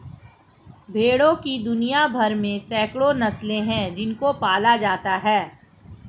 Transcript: भेड़ों की दुनिया भर में सैकड़ों नस्लें हैं जिनको पाला जाता है